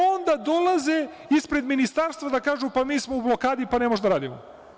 Onda dolaze ispred ministarstva da kažu – mi smo u blokadi, ne možemo da radimo.